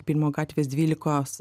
pylimo gatvės dvylikos